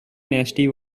nasty